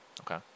Okay